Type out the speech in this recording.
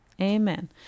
Amen